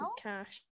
cash